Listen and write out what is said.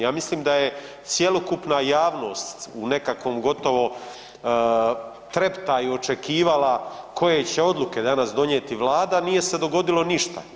Ja mislim da je cjelokupna javnost u nekakvom gotovo treptaju očekivala koje će odluke danas donijeti vlada, a nije se dogodilo ništa.